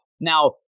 Now